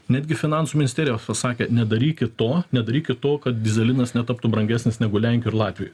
netgi finansų ministerija pasakė nedarykit to nedarykit to kad dyzelinas netaptų brangesnis negu lenkijoj ir latvijoj